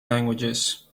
languages